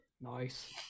nice